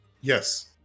yes